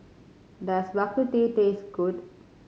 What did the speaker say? does Bak Kut Teh taste good